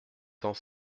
cent